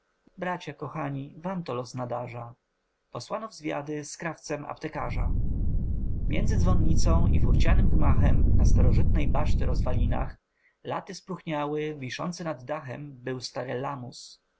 bracia kochani wam to los nadarza posłano w zwiady z krawcem aptekarza między dzwonicą i fórcianym gmachem na starożytnej baszty rozwalinach laty spróchniały wiszący nad dachem był stary